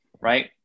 right